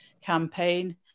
campaign